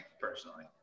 personally